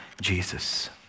Jesus